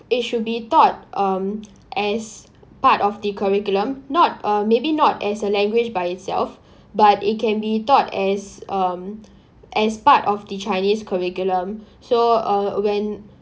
it should be taught um as part of the curriculum not uh maybe not as a language by itself but it can be taught as um as part of the chinese curriculum so uh when